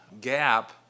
gap